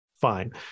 fine